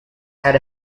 had